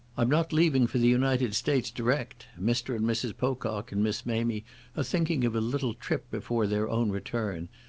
i'm not leaving for the united states direct. mr. and mrs. pocock and miss mamie are thinking of a little trip before their own return,